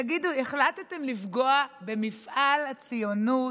תגידו, החלטתם לפגוע במפעל הציונות?